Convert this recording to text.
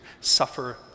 suffer